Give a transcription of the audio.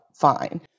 fine